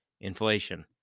inflation